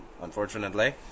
unfortunately